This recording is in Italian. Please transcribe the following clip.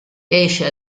esce